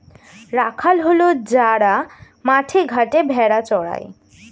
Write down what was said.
রাখাল হল যারা মাঠে ঘাটে ভেড়া চড়ায়